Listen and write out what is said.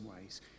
ways